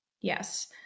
yes